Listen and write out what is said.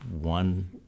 One